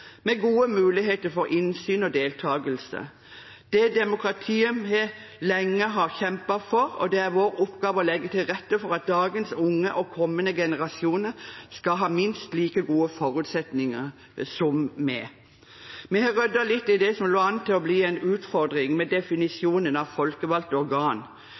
med gode muligheter for innsyn og deltagelse. Det demokratiet har vi lenge kjempet for, og det er vår oppgave å legge til rette for at dagens unge og kommende generasjoner skal ha minst like gode forutsetninger som oss. Vi har ryddet litt i det som lå an til å bli en utfordring med definisjonen av folkevalgte organ.